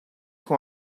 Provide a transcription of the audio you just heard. хүн